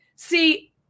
See